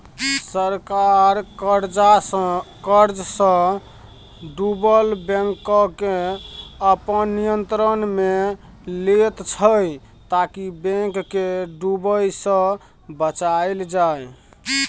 सरकार कर्जसँ डुबल बैंककेँ अपन नियंत्रणमे लैत छै ताकि बैंक केँ डुबय सँ बचाएल जाइ